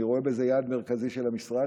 אני רואה בזה יעד מרכזי של המשרד,